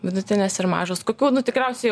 vidutinės ir mažos kokių nu tikriausiai jau